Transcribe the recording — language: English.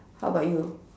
how about you